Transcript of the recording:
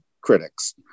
critics